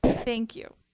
thank you.